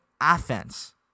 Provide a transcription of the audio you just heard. offense